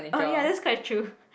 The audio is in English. oh ya that's quite true